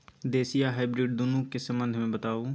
देसी आ हाइब्रिड दुनू के संबंध मे बताऊ?